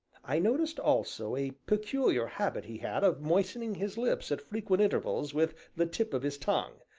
i noticed also a peculiar habit he had of moistening his lips at frequent intervals with the tip of his tongue,